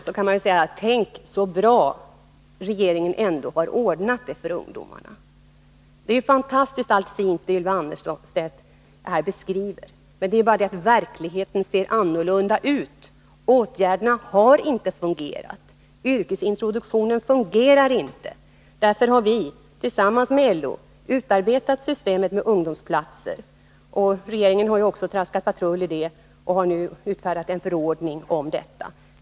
Då kan man ju säga: Tänk så bra regeringen ändå har ordnat det för ungdomarna! Allting är ju fantastiskt fint, så som Ylva Annerstedt här beskriver. Det är bara det att verkligheten ser annorlunda ut. Åtgärderna har inte fungerat. Yrkesintroduktionen fungerar inte. Därför har vi tillsammans med LO utarbetat systemet med ungdomsplatser, och regeringen har också traskat patrullo här och nu utfärdat en förordning.